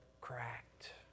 cracked